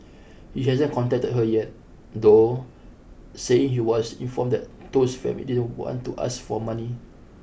he hasn't contacted her yet though saying he was informed that Toh's family didn't want to ask for money